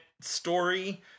story